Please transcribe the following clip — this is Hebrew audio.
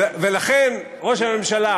ולכן ראש הממשלה